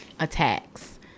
attacks